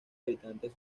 habitantes